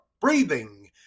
breathing